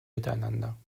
miteinander